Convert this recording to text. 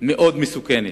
מאוד מסוכנת.